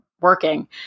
working